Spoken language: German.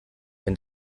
wenn